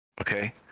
Okay